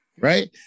right